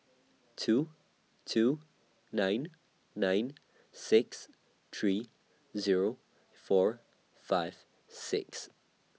two two nine nine six three Zero four five six